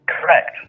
Correct